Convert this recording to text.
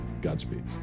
Godspeed